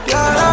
God